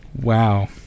Wow